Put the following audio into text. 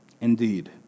Indeed